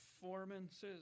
performances